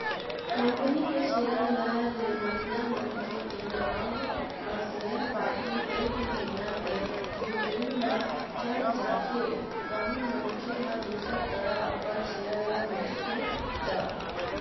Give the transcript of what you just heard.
company के share ल लेवइया मनखे के नांव म सेयर पाती एक महिना के भीतरी म चढ़ जाथे कहूं मनखे ह दूसर करा अपन सेयर ल बेंचथे त